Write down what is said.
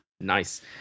Nice